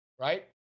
right